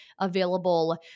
available